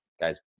Guy's